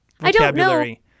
vocabulary